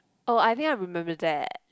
oh I think I remember that